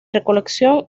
recolección